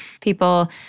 people